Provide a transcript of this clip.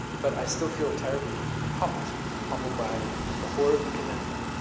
but i still feel terribly humbled. i'm humbled by the horror of the kidnapping